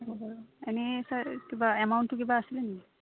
এনেই ছাৰ কিবা এমাউণ্টটো কিবা আছিলে নেকি